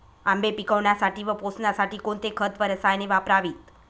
आंबे पिकवण्यासाठी व पोसण्यासाठी कोणते खत व रसायने वापरावीत?